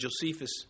Josephus